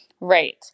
Right